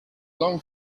long